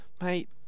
Mate